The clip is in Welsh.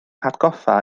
hatgoffa